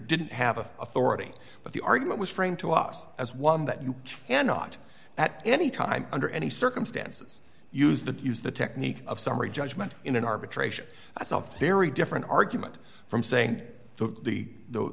didn't have an authority but the argument was framed to us as one that you cannot at any time under any circumstances use the use the technique of summary judgment in an arbitration itself very different argument from saying that the